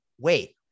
wait